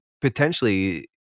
potentially